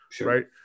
right